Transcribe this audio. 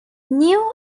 new